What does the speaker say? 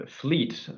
fleet